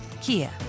Kia